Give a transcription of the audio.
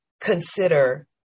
consider